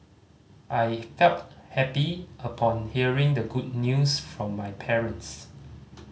I felt happy upon hearing the good news from my parents